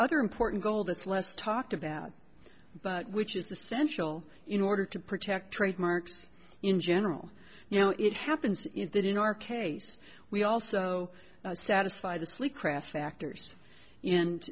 other important goal that's less talked about but which is essential in order to protect trademarks in general you know it happens that in our case we also satisfy the sleep craft factors and